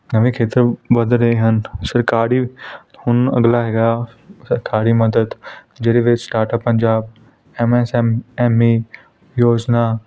ਨਵੇਂ ਖੇਤਰ ਵੱਧ ਰਹੇ ਹਨ ਸਰਕਾਰੀ ਹੁਣ ਅਗਲਾ ਹੈਗਾ ਸਰਕਾਰੀ ਮਦਦ ਜਿਹਦੇ ਵਿੱਚ startup Punjab M S M E ਯੋਜਨਾ